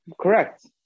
Correct